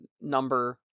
number